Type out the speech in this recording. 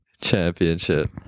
Championship